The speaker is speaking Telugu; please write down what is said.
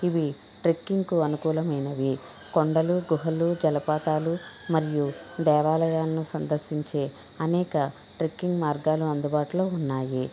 ఇవి ట్రెక్కింగ్ కు అనుకూలమైనవి కొండలు గుహలు జలపాతాలు మరియు దేవాలయాలను సందర్శించే అనేక ట్రెక్కింగ్ మార్గాలు అందుబాటులో ఉన్నాయి